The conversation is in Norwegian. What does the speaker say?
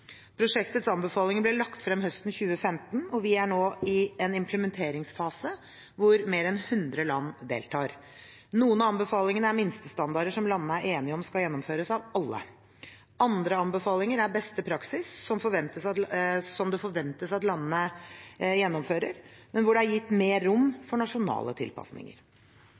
Prosjektets anbefalinger ble lagt frem høsten 2015, og vi er nå i en implementeringsfase hvor mer enn 100 land deltar. Noen av anbefalingene er minstestandarder som landene er enige om skal gjennomføres av alle. Andre anbefalinger er beste praksis, som det forventes at landene gjennomfører, men hvor det er gitt mer rom for nasjonale tilpasninger.